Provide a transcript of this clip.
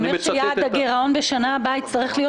זה אומר שיעד הגרעון בשנה הבאה הצטרך להיות